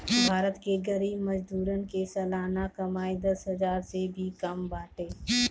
भारत के गरीब मजदूरन के सलाना कमाई दस हजार से भी कम बाटे